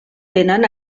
tenen